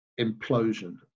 implosion